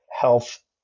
health